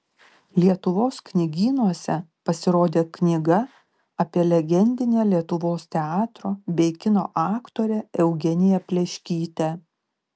lietuvos knygynuose pasirodė knyga apie legendinę lietuvos teatro bei kino aktorę eugeniją pleškytę